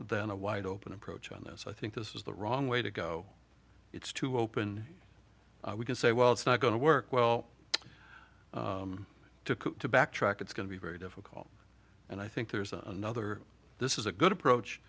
than a wide open approach on this i think this is the wrong way to go it's too open we can say well it's not going to work well to backtrack it's going to be very difficult and i think there's another this is a good approach